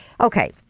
Okay